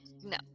no